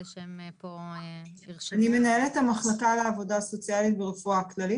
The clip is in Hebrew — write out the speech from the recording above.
אני מנהלת המחלקה לעבודה סוציאלית ברפואה כללית